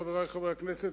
חברי חברי הכנסת,